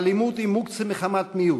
האלימות היא מוקצה מחמת מיאוס.